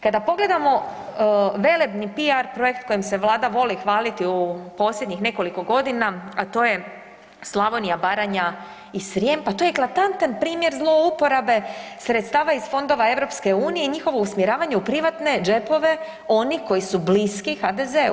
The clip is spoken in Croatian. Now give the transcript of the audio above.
Kada pogledamo velebni PR projekt kojim se Vlada voli hvaliti u posljednjih nekoliko godina, a to je Slavonija, Baranja i Srijem, pa to je eklatantan primjer zlouporabe sredstava iz fondova EU i njihovo usmjeravanje u privatne džepove onih koji su blisku HDZ-u.